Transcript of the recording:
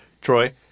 Troy